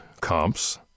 comps